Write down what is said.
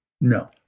No